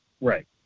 Right